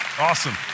Awesome